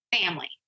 family